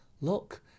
Look